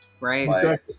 Right